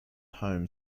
home